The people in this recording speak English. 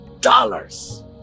dollars